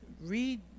Read